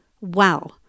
Wow